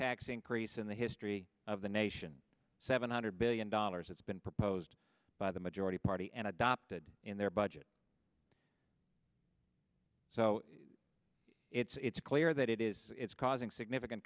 tax increase in the history of the nation seven hundred billion dollars it's been proposed by the majority party and adopted in their budget so it's clear that it is causing significant